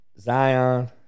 Zion